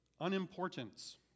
unimportance